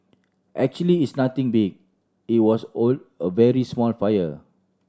actually it's nothing big it was a very small fire